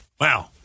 Wow